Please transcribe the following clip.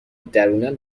درونن